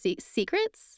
secrets